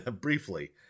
Briefly